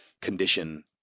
condition